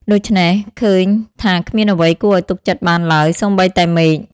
ដូច្នេះ ឃើញថាគ្មានអ្វីគួរឲ្យគេទុកចិត្តបានឡើយសូម្បីតែមេឃ ។